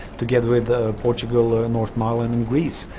together with portugal, ah and northern ireland and greece.